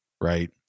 right